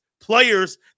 players